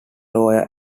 lawyer